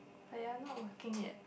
but you are not working yet